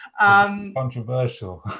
Controversial